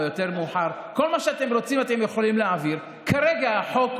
והאזרחים שם הם בדיוק כמו האזרחים במרכז,